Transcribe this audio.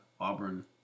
Auburn